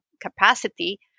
capacity